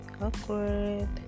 Awkward